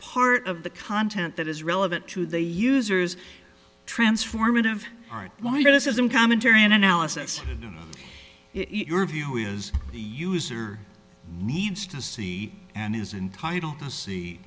part of the content that is relevant to the user's transformative art why this isn't commentary and analysis your view is the user needs to see and is entitled to see